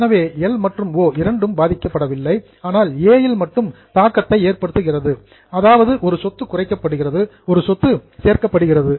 எனவே எல் மற்றும் ஓ இரண்டும் பாதிக்கப்படவில்லை ஆனால் ஏ இல் மட்டும் தாக்கத்தை ஏற்படுத்துகிறது அதாவது ஒரு சொத்து குறைக்கப்படுகிறது ஒரு சொத்து சேர்க்கப்படுகிறது